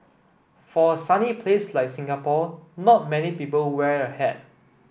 for a sunny place like Singapore not many people wear a hat